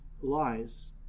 lies